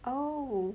oh